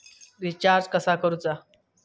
Recharge कसा करूचा?